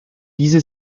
diese